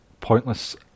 pointless